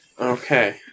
Okay